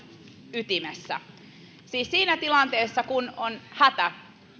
ytimessä siis siinä tilanteessa kun on hätä